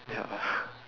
ya